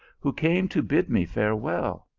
who came to bid me fare well.